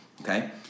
okay